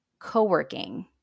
coworking